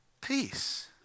Peace